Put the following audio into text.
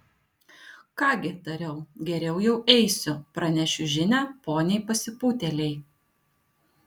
ką gi tariau geriau jau eisiu pranešiu žinią poniai pasipūtėlei